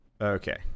Okay